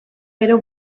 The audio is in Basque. gero